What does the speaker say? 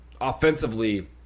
offensively